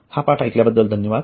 हा पाठ ऐकल्या बद्दल धन्यवाद